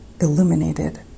illuminated